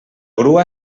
grua